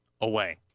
away